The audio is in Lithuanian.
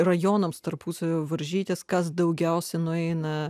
rajonams tarpusavyje varžytis kas daugiausiai nueina